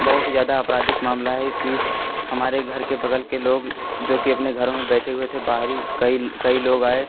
बहुत ही ज़्यादा अपराधिक मामला है कि हमारे घर के बग़ल के लोग जोकि अपने घरों में बैठे हुए थे बाहरी कई कई लोग आए